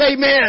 Amen